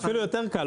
אפילו יותר קל.